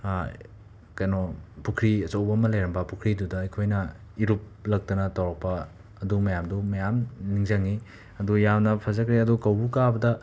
ꯀꯩꯅꯣ ꯄꯨꯈ꯭ꯔꯤ ꯑꯆꯧꯕ ꯑꯃ ꯂꯩꯔꯝꯕ ꯄꯨꯈ꯭ꯔꯤꯗꯨꯗ ꯑꯩꯈꯣꯏꯅ ꯏꯔꯨꯞꯂꯛꯇꯅ ꯇꯧꯔꯛꯄ ꯑꯗꯨ ꯃꯌꯥꯝꯗꯨ ꯃꯌꯥꯝ ꯅꯤꯡꯁꯤꯡꯏ ꯑꯗꯣ ꯌꯥꯝꯅ ꯐꯖꯈ꯭ꯔꯦ ꯑꯗꯣ ꯀꯧꯕ꯭ꯔꯨ ꯀꯥꯕꯗ